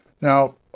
Now